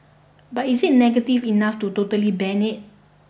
but is it negative enough to totally ban it